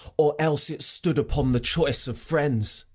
or else it stood upon the choice of friends